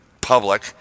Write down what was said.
public